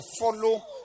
follow